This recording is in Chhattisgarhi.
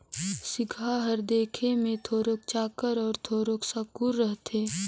सिगहा हर देखे मे थोरोक चाकर अउ थोरोक साकुर रहथे